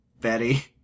Betty